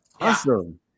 awesome